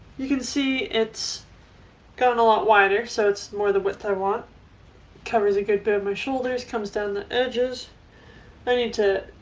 you can see it's gotten a lot wider so it's more than width i want covers a good bit my shoulders comes down the edges i need to